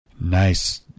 Nice